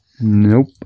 Nope